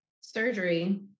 surgery